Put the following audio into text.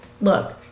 look